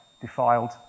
defiled